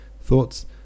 thoughts